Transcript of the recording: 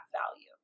value